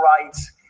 rights